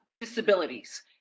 disabilities